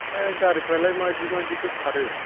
ओमफ्राय गारिफ्रालाय माबायदि माबायदिथो खारो